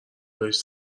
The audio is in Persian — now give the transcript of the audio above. بهش